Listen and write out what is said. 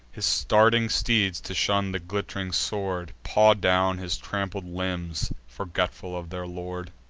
his starting steeds, to shun the glitt'ring sword, paw down his trampled limbs, forgetful of their lord.